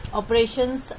operations